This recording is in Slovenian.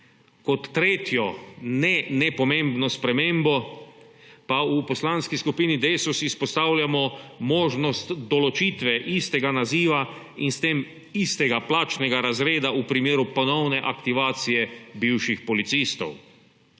Kot tretjo ne nepomembno spremembo pa v Poslanski skupini Desus izpostavljamo možnost določitve istega naziva in s tem istega plačnega razreda v primeru ponovne aktivacije bivših policistov.